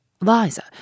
Liza